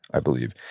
i believe.